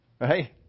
Right